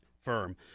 firm